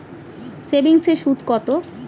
সেভিংসে সুদ কত?